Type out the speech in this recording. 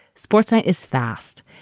sports night is fast.